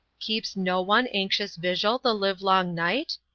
keeps no one anxious vigil, the live-long night?